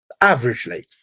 averagely